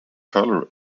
color